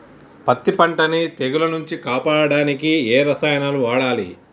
పత్తి పంటని తెగుల నుంచి కాపాడడానికి ఏ రసాయనాలను వాడాలి?